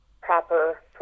proper